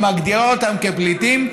היא מגדירה אותם כפליטים,